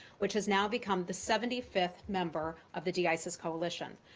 which has now become the seventy fifth member of the d-isis coalition.